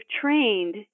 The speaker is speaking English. trained